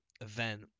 event